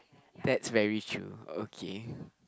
that's very true okay